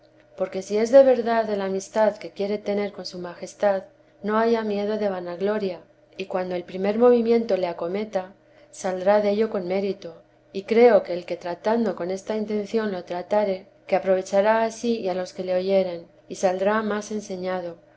porque si es de verdad el amistad que quiere tener con su majestad no haya miedo de vanagloria y cuando el primer movimiento le acometa saldrá dello con mérito y creo que el que tratando con esta intención lo tratare que aprovechará a sí y a los que le oyeren y saldrá más enseñado